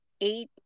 eight